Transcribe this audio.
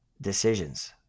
decisions